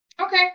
Okay